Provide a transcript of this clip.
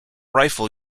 rifle